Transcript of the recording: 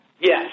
Yes